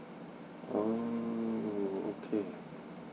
oh okay